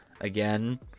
again